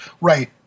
Right